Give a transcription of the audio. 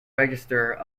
register